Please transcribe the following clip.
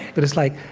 but it's like,